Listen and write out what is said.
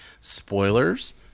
spoilers